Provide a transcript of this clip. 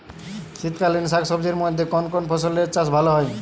শীতকালীন শাকসবজির মধ্যে কোন কোন ফসলের চাষ ভালো হয়?